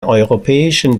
europäischen